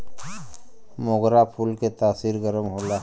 मोगरा फूल के तासीर गरम होला